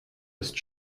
ist